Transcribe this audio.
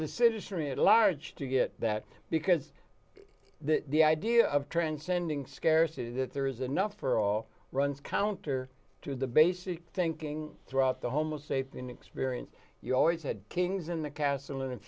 the citizenry at large to get that because the idea of transcending scarcity that there is enough for all runs counter to the basic thinking throughout the homosapien experience you always had kings in the castle and if